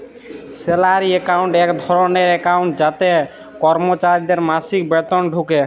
salary account এক ধরলের account যাতে করমচারিদের মাসিক বেতল ঢুকে